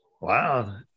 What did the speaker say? Wow